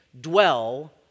dwell